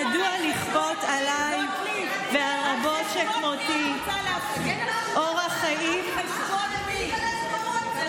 מדוע לכפות עליי ועל רבות שכמותי אורח חיים, לא